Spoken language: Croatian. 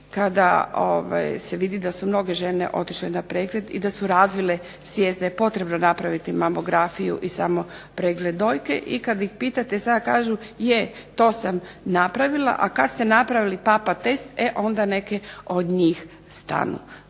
kada se vidi da su mnoge žene otišle na pregled i da su razvile svijest da je potrebno napraviti mamografiju i samo pregled dojke. I kad ih pitate sada kažu, je to sam napravila, a kad ste napravile PAPA test onda neke od njih stanu.